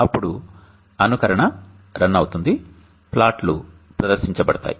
అప్పుడు అనుకరణ రన్ అవుతుంది ప్లాట్లు ప్రదర్శించబడతాయి